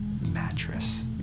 mattress